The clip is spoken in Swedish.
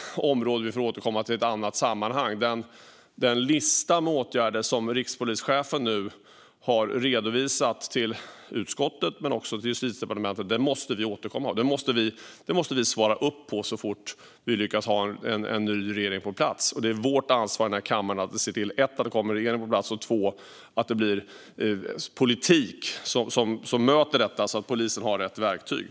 Den lista med åtgärder som rikspolischefen har redovisat till utskottet och Justitiedepartementet är också ett område som vi får återkomma till i ett annat sammanhang. Vi måste svara på detta så snart vi lyckas få en ny regering på plats. Det är vårt ansvar - vi som sitter här i kammaren - att för det första se till att det kommer en regering på plats och för det andra att vi får en politik som möter detta. Polisen behöver ha rätt verktyg.